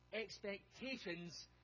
Expectations